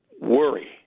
worry